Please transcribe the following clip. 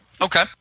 Okay